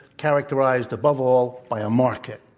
characterized above all by a market.